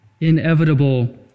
inevitable